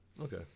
Okay